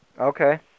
Okay